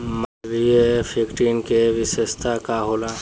Malviya fifteen के विशेषता का होला?